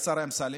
השר אמסלם,